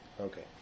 Okay